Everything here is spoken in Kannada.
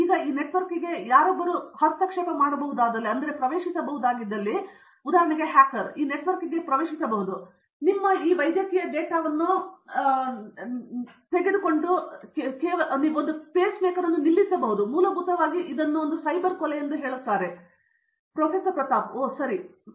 ಈಗ ಈ ನೆಟ್ವರ್ಕ್ಗೆ ಯಾರೊಬ್ಬರು ಪ್ರವೇಶಿಸಬಹುದಾಗಿದ್ದಲ್ಲಿ ಹ್ಯಾಕರ್ ಈ ನೆಟ್ವರ್ಕ್ಗೆ ಪ್ರವೇಶಿಸಬಹುದು ಇದೀಗ ನೀವು ಕೇವಲ ವೇಸ್ ಮೇಕರ್ ಅನ್ನು ನಿಲ್ಲಿಸಬಹುದು ಮತ್ತು ಮೂಲಭೂತವಾಗಿ ನೀವು ಇಂದು ಸೈಬರ್ ಕೊಲೆ ಮಾಡಬಹುದು